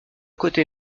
côté